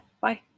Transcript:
bye